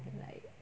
like